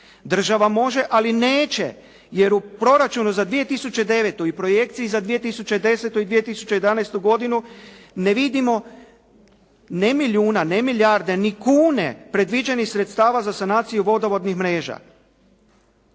Država može, ali neće jer u proračunu za 2009. i projekciji za 2010. i 2011. godinu ne vidimo ne milijuna, ne milijarde, ni kune predviđenih sredstava za sanaciju vodovodnih mreža.,